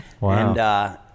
Wow